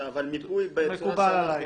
מקובל עלי.